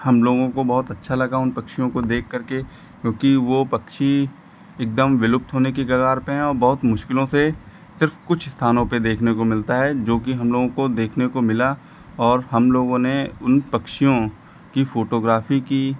हम लोगों को बहुत अच्छा लगा उन पक्षियों को देख कर के क्योंकि वह पक्षी एकदम विलुप्त होने की कगार पर हैं और बहुत मुश्किलों से सिर्फ कुछ स्थानों पर देखने को मिलता है जो कि हम लोगों को देखने को मिला और हम लोगों ने उन पक्षियों की फ़ोटोग्राफी की